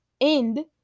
end